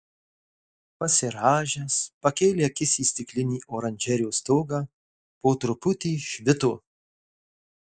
pasirąžęs pakėlė akis į stiklinį oranžerijos stogą po truputį švito